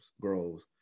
grows